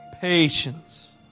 Patience